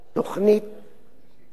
תוכנית PACT,